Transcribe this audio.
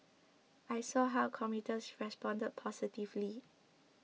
I saw how commuters responded positively